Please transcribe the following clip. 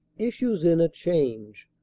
issues in a change,